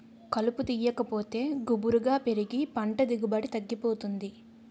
కలుపు తీయాకపోతే గుబురుగా పెరిగి పంట దిగుబడి తగ్గిపోతుంది